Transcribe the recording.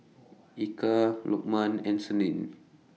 Eka Lukman and Senin